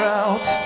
out